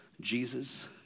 Jesus